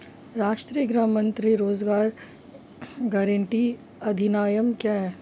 राष्ट्रीय ग्रामीण रोज़गार गारंटी अधिनियम क्या है?